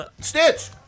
Stitch